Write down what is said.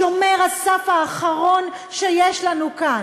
שומר הסף האחרון שיש לנו כאן.